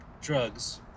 drugs